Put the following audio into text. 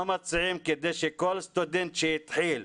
מה מציעים כדי שכל סטודנט שהתחיל,